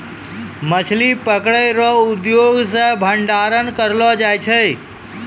मछली पकड़ै रो उद्योग से भंडारण करलो जाय छै